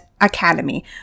Academy